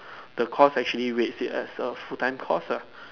the course actually rates it as a full time course ah